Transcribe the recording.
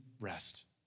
rest